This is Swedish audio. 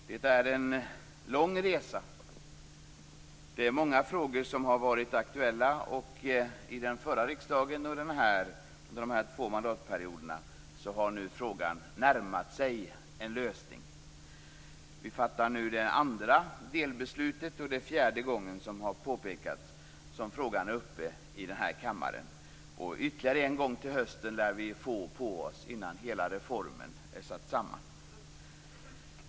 Fru talman! Det har varit en lång resa. Det är många frågor som har varit aktuella. Efter att frågan har behandlats av den förra riksdagen och av denna under de två mandatperioderna har nu frågan närmat sig en lösning. Vi fattar nu det andra delbeslutet, och det är fjärde gången, vilket har påpekats, som frågan är uppe i denna kammare. Vi lär få ytterligare en gång på oss till hösten innan hela reformen har satts samman.